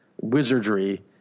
wizardry